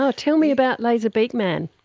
um tell me about laser beak man.